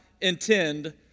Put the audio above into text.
intend